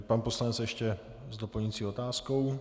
Pan poslanec ještě s doplňující otázkou.